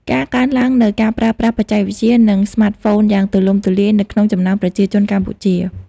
ការកើនឡើងនូវការប្រើប្រាស់បច្ចេកវិទ្យា និងស្មាតហ្វូនយ៉ាងទូលំទូលាយនៅក្នុងចំណោមប្រជាជនកម្ពុជា។